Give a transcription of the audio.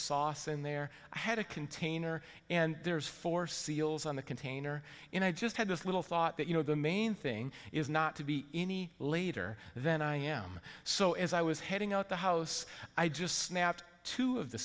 sauce in there had a container and there's four seals on the container and i just had this little thought that you know the main thing is not to be any later than i am so as i was heading out the house i just snapped two of the